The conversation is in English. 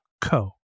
co